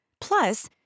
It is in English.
Plus